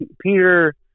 Peter